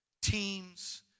Teams